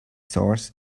source